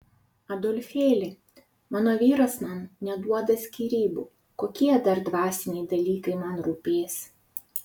adolfėli mano vyras man neduoda skyrybų kokie dar dvasiniai dalykai man rūpės